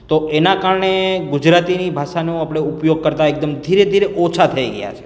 તો એનાં કારણે ગુજરાતીની ભાષાનો આપણે ઉપયોગ કરતાં એકદમ ધીરે ધીરે ઓછા થઈ ગયા છીએ